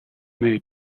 made